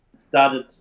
started